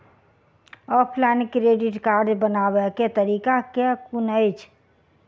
Offline credit card बनाबै केँ तरीका केँ कुन अछि?